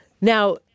Now